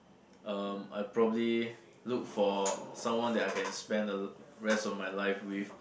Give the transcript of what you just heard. um I probably look for someone that I can spend the rest of my life with